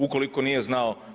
Ukoliko nije znao.